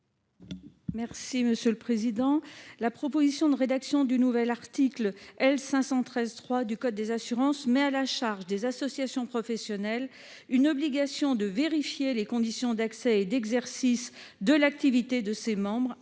Mme Catherine Dumas. La proposition de rédaction du nouvel article L. 513-3 du code des assurances vise à mettre à la charge des associations professionnelles une obligation de vérification des conditions d'accès et d'exercice de l'activité de ses membres,